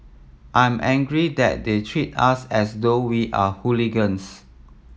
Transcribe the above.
I'm angry that they treat us as though we are hooligans